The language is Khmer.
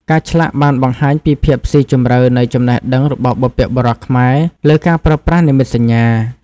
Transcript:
ការឆ្លាក់បានបង្ហាញពីភាពស៊ីជម្រៅនៃចំណេះដឹងរបស់បុព្វបុរសខ្មែរលើការប្រើប្រាស់និមិត្តសញ្ញា។